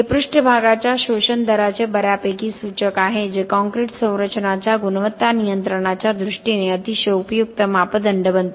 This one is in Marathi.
हे पृष्ठभागाच्या शोषण दराचे बऱ्यापैकी सूचक आहे जे काँक्रीट संरचनांच्या गुणवत्ता नियंत्रणाच्या दृष्टीने अतिशय उपयुक्त मापदंड बनते